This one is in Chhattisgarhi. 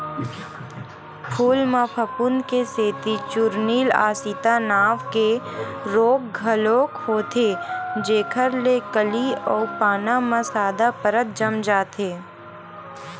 फूल म फफूंद के सेती चूर्निल आसिता नांव के रोग घलोक होथे जेखर ले कली अउ पाना म सादा परत जम जाथे